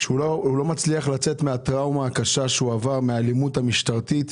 הוא לא מצליח לצאת מהטראומה הקשה שהוא עבר בעקבות האלימות המשטרתית.